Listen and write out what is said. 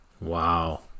Wow